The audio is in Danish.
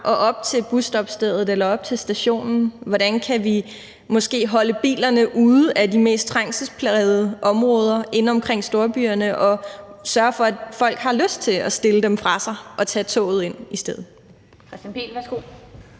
og op til busstoppestedet eller op til stationen? Hvordan kan vi måske holde bilerne ude af de mest trængselsplagede områder inde omkring storbyerne og sørge for, at folk har lyst til at stille dem fra sig og tage toget ind i stedet?